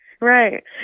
Right